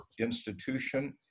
institution